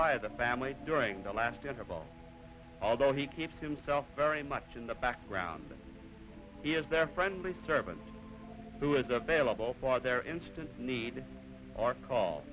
by the family during the last years of all although he keeps himself very much in the background he is there friendly servants who is available for their instant need our call